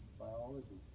biology